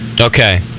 Okay